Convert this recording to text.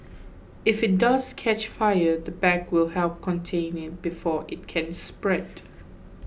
if it does catch fire the bag will help contain it before it can spread